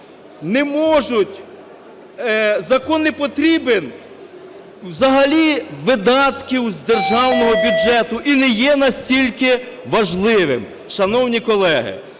що "закон непотрібен, взагалі видатків з Державного бюджету і не є настільки важливим". Шановні колеги,